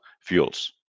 fuels